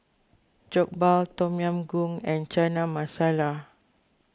Jokbal Tom Yam Goong and Chana Masala